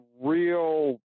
real